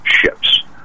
ships